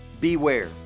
Beware